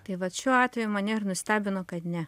tai vat šiuo atveju mane ir nustebino kad ne